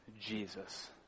Jesus